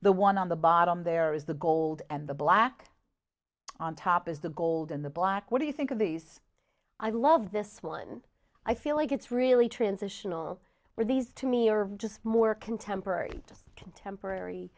the one on the bottom there is the gold and the black on top is the gold and the black what do you think of these i love this one i feel like it's really transitional where these to me are just more contemporary contemporary